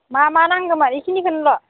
मा मा नांगोमोन एखिनिखोल'